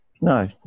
No